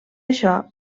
això